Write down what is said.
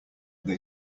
they